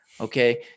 okay